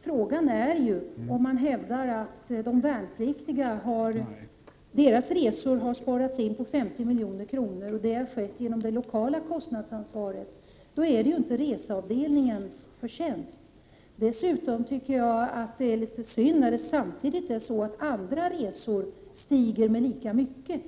Hävdar man att det har sparats 50 miljoner på de värnpliktigas resor till följd av lokalt kostnadsansvar, är det ju inte reseavdelningens förtjänst. Då andra resor stiger i pris lika mycket,